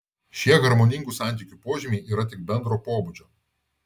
šie harmoningų santykių požymiai yra tik bendro pobūdžio